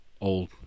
old